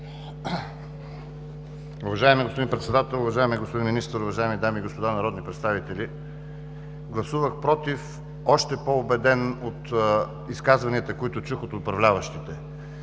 Уважаеми господин Председател, уважаеми господин Министър, уважаеми дами и господа народни представители! Гласувах „против“ още по-убеден от изказванията, които чух от управляващите,